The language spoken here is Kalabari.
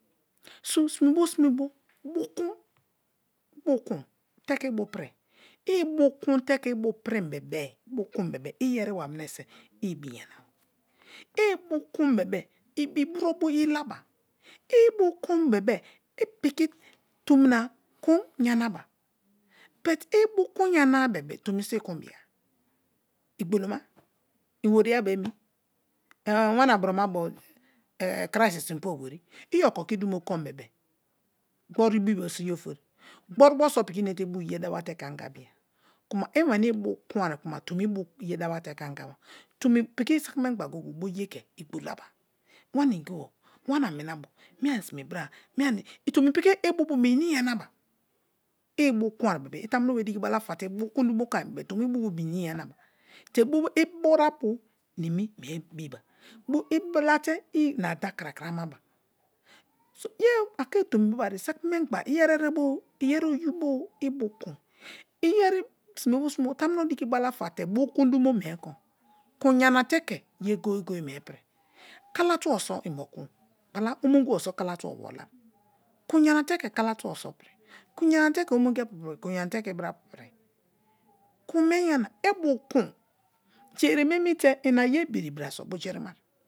So sime bo sime bo, bu kun teke ibu pri, i ibu kun te teke ibu-prim bebe-e iyeriwa minese i ibi yanaba but ibuku yanara be-e tomi so i kun bia. Igboloma iworiyabo emi, wana broma bo christ so i pa owori i oko ke idumo kon bebe-e gbori ibi bo so i ofori, gboribo piki i bu ye dawate ke anga bia, kuma i meni ibu kun kuma tomi ibu yedawa te ke anga ba tomi piki saki memgba go-go-e bo ye ke igbolaben wana ingibo, wana minabo me ani sime bra tomi piki i bubu minini yanaba ibu kun bebe-e i tamuno be diki balafa te bukun dumo kon kuma tomi ibu minini yanaba te bo ibrabo nimi mie biba te bo igbolate i ana da krakramaba a ke tomi bebare saki memgba iyeri erebo-o iyeri oyi bo-o ibu kun yeri simebo simebo tamuno diki balafa te bukun dumo mie kon, kun yanate ke ye goye-goye mie pri kalatubo so inbo pri omonibo so kalatubo wowi kun yanate ke katubo so pri kun yana te ke omongiapu pri, kun iyenate ke ibra-apu piri, kun e yuna ibi kun ja ereme emi te ina ye biribra so bujirimai